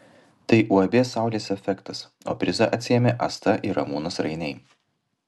tai uab saulės efektas o prizą atsiėmė asta ir ramūnas rainiai